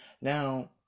Now